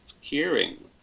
hearing